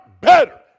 better